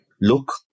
look